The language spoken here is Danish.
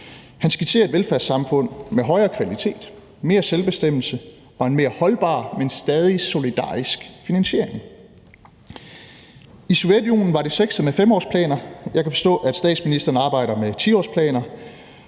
Han skitserer et velfærdssamfund med højere kvalitet, mere selvbestemmelse og en mere holdbar, men stadig solidarisk finansiering. I Sovjetunionen var det sexet med femårsplaner. Jeg kan forstå, at statsministeren arbejder med tiårsplaner,